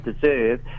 deserve